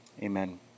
Amen